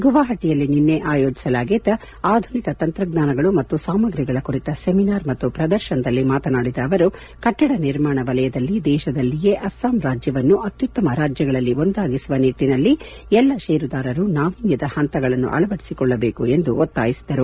ಗುವಾಹಟಿಯಲ್ಲಿ ನಿನ್ನೆ ಆಯೋಜಿಸಲಾಗಿದ್ದ ಆಧುನಿಕ ತಂತ್ರಜ್ಞಾನಗಳು ಮತ್ತು ಸಾಮಾಗ್ರಿಗಳ ಕುರಿತ ಸೆಮಿನಾರ್ ಮತ್ತು ಪ್ರದರ್ತನದಲ್ಲಿ ಮಾತನಾಡಿದ ಅವರು ಕಟ್ಟಡ ನಿರ್ಮಾಣ ವಲಯದಲ್ಲಿ ದೇತದಲ್ಲಿಯೇ ಅಸ್ತಾಂ ರಾಜ್ಯವನ್ನು ಅತ್ಯುತ್ತಮ ರಾಜ್ಲಗಳಲ್ಲಿ ಒಂದಾಗಿಸುವ ನಿಟ್ಲನಲ್ಲಿ ಎಲ್ಲ ಷೇರುದಾರರು ನಾವೀನ್ಲದ ಹಂತಗಳನ್ನು ಅಳವಡಿಸಿಕೊಳ್ಟಬೇಕು ಎಂದು ಒತ್ತಾಯಿಸಿದರು